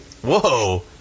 Whoa